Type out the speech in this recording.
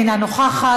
אינה נוכחת,